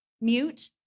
mute